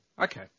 Okay